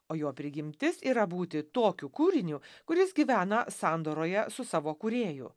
o jo prigimtis yra būti tokiu kūriniu kuris gyvena sandoroje su savo kūrėju